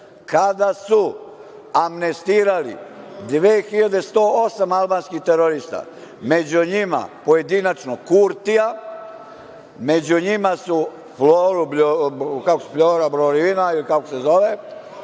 kada su amnestirali 2108 albanskih terorista, među njima pojedinačno Kurtija, među njima Fljoru Brovinu, ili kako se zove,